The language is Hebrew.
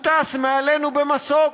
הוא טס מעלינו במסוק.